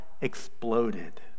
exploded